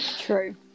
True